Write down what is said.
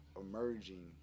emerging